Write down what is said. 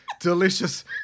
delicious